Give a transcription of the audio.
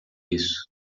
isso